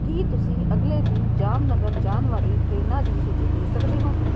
ਕੀ ਤੁਸੀਂ ਅਗਲੇ ਦਿਨ ਜਾਮਨਗਰ ਜਾਣ ਵਾਲੀ ਟ੍ਰੇਨਾਂ ਦੀ ਸੂਚੀ ਦੇ ਸਕਦੇ ਹੋ